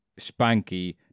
Spanky